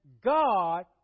God